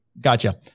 Gotcha